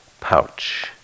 pouch